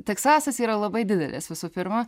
teksasas yra labai didelis visų pirma